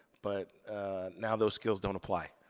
but now those skills don't apply.